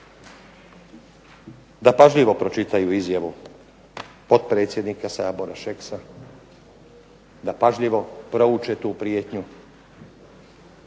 da pažljivo pročitaju izjavu potpredsjednika Sabora Šeksa, da pažljivo prouče tu prijetnju